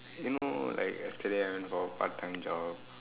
you know like yesterday I went for part time job